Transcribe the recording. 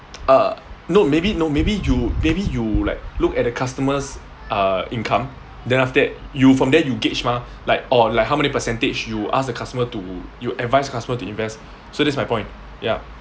uh no maybe no maybe you maybe you like look at the customer's uh income then after that you from there you gauge mah like orh like how many percentage you ask the customer to you advise customers to invest so that's my point ya